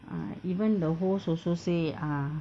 ah even the host also say ah